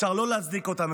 אפשר לא להצדיק אותם,